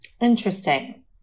Interesting